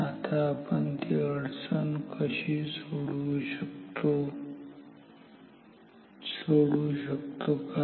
आता आपण ती अडचण सोडू शकतो का